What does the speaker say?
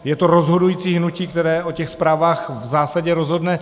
Je to rozhodující hnutí, které o těch zprávách v zásadě rozhodne.